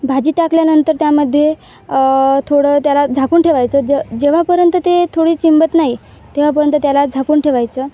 भाजी टाकल्यानंतर त्यामध्ये थोडं त्याला झाकून ठेवायचं ज जेव्हापर्यंत ते थोडी चिंबत नाही तेव्हापर्यंत त्याला झाकून ठेवायचं